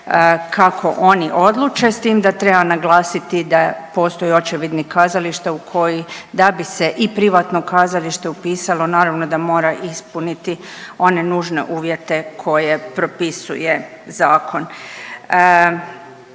kako oni odluče s tim da treba naglasiti da postoji očevidnik kazališta u koji da bi se i privatno kazalište upisalo naravno da mora ispuniti one nužne uvjete koje propisuje zakon.